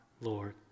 Lord